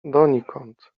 donikąd